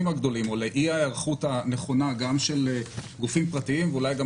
הגדולים או לאי ההיערכות הנכונה גם של גופים פרטיים ואולי גם